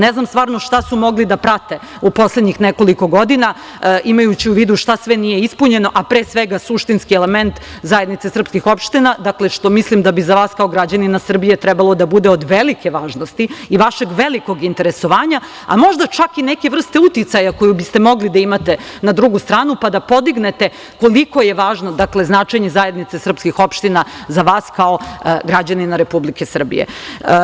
Ne znam stvarno šta su mogli da prate u poslednjih nekoliko godina, imajući u vidu šta sve nije ispunjeno, a pre svega suštinski element, zajednica srpskih opština, što mislim da bi za vas kao građanina Srbije trebalo da bude od velike važnosti i vašeg velikog interesovanja, a možda čak i neke vrste uticaja koju biste mogli da imate na drugu stranu, pa da podignete koliko je važno značenje zajednice srpskih opština za vas kao građanina Republike Srbije.